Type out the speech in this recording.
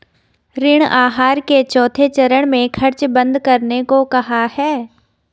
ऋण आहार के चौथे चरण में खर्च बंद करने को कहा है